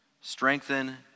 strengthen